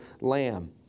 lamb